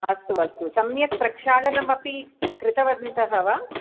अस्तु अस्तु सम्यक् प्रक्षालनमपि कृतवन्तः वा